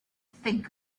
think